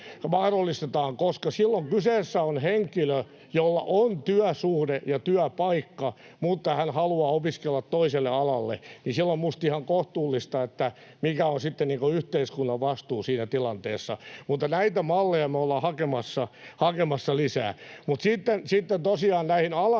koska silloin kyseessä on henkilö, jolla on työsuhde ja työpaikka, mutta hän haluaa opiskella toiselle alalle, eli on minusta ihan kohtuullista, että mikä on sitten yhteiskunnan vastuu siinä tilanteessa. Mutta näitä malleja me ollaan hakemassa lisää. Mutta sitten tosiaan näihin alan